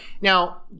Now